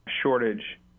shortage